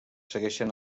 segueixen